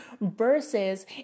versus